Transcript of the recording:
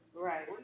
right